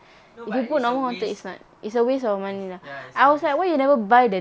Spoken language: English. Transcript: no but it's a waste ya it's a waste